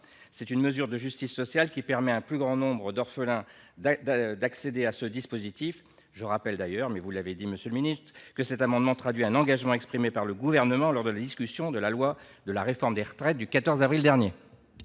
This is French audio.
d’une mesure de justice sociale, qui permet à un plus grand nombre d’orphelins d’accéder à ce dispositif. Je rappelle d’ailleurs, comme vous l’avez dit, monsieur le ministre, que cet amendement traduit un engagement pris par le Gouvernement lors de la discussion de la loi portant réforme des retraites. Quel est